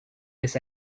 miss